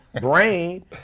brain